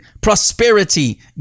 prosperity